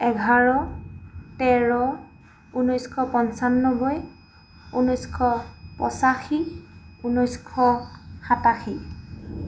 এঘাৰ তেৰ ঊনৈছশ পঞ্চানব্বৈ ঊনৈছশ পঁচাশী ঊনৈছশ সাতাশী